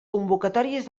convocatòries